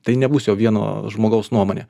tai nebus jo vieno žmogaus nuomonė